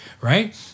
right